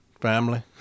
family